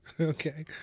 Okay